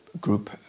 group